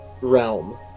realm